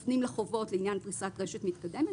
מפנים לחובות לעניין פריסת רשת מתקדמת,